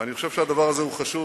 ואני חושב שהדבר הזה הוא חשוב,